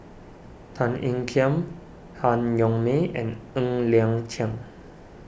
Tan Ean Kiam Han Yong May and Ng Liang Chiang